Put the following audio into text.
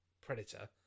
predator